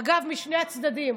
אגב, משני הצדדים,